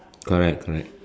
correct correct